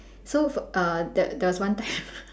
so f~ err there there was one time